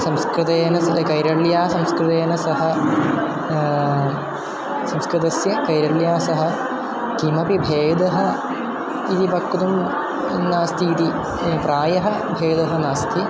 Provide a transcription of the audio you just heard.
संस्कृतेन सह कैरल्या संस्कृतेन सह संस्कृतस्य कैरल्या सह किमपि भेदः इति वक्तुं नास्ति इति प्रायः भेदः नास्ति